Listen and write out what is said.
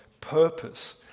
purpose